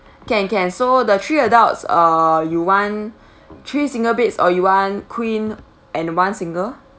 can can so the three adults uh you want three single beds or you want queen and one single